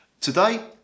today